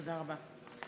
תודה רבה,